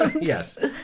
Yes